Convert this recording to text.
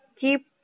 keep